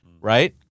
right